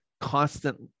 constant